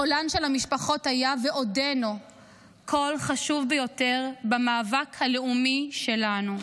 קולן של המשפחות היה ועודנו קול חשוב ביותר במאבק הלאומי שלנו.